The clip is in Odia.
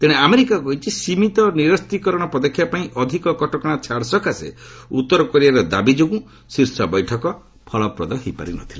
ତେଣେ ଆମେରିକା କହିଛି ସୀମିତ ନିରସୀକରଣ ପଦକ୍ଷେପ ପାଇଁ ଅଧିକ କଟକଣା ଛାଡ଼ ସକାଶେ ଉତ୍ତର କୋରିଆର ଦାବି ଯୋଗୁଁ ଶୀର୍ଷ ବୈଠକ ପଳପ୍ରଦ ହୋଇପାରି ନ ଥିଲା